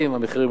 המחירים ירדו,